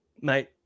mate